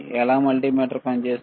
ఎలా మల్టీమీటర్ పనిచేస్తుంది